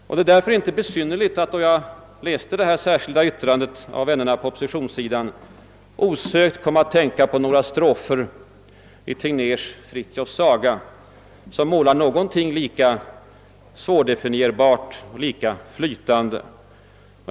Och det är därför inte besynnerligt att jag, då jag läste det särskilda yttrandet av vännerna på oppositionssidan, osökt kom att tänka på några strofer i Tegnérs Frithiofs saga, som målar någonting lika svårdefinierbart, lika flytande.